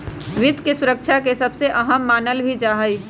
वित्त के सुरक्षा के सबसे अहम मानल भी जा हई